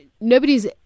Nobody's